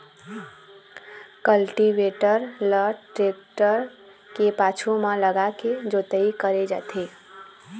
cultivator ल tractor के पाछू म लगाके जोतई करे जाथे